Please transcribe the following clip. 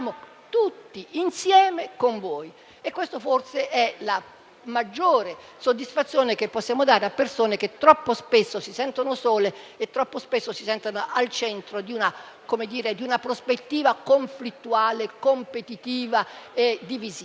tutti insieme con voi». E questa forse è la maggiore soddisfazione che possiamo dare a persone che troppo spesso si sentono sole e troppo spesso si sentono al centro di una prospettiva conflittuale, competitiva e divisiva.